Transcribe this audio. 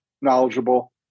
knowledgeable